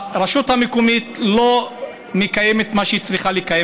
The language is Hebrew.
הרשות המקומית לא מקיימת מה שהיא צריכה לקיים,